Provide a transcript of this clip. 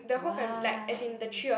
!wow!